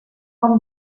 com